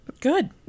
Good